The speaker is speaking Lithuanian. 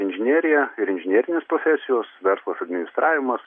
inžinerija ir inžinerinės profesijos verslas administravimas